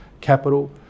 capital